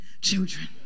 children